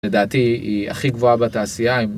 לדעתי, היא הכי גבוהה בתעשייה.